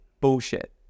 Bullshit